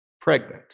pregnant